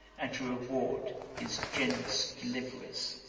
and to reward his generous deliverers.